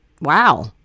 Wow